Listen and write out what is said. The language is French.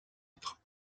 être